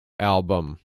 album